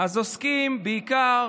אז עוסקים בעיקר